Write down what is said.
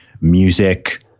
music